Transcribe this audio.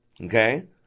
Okay